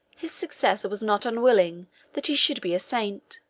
his successor was not unwilling that he should be a saint